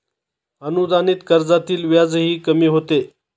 अनुदानित कर्जातील व्याजही कमी होते